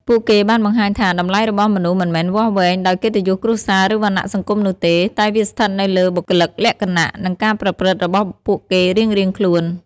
ពួកគេបានបង្ហាញថា តម្លៃរបស់មនុស្សមិនមែនវាស់វែងដោយកិត្តិយសគ្រួសារ ឬវណ្ណៈសង្គមនោះទេ តែវាស្ថិតនៅលើបុគ្គលិកលក្ខណៈ និងការប្រព្រឹត្តរបស់ពួកគេរៀងៗខ្លួន។